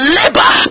labor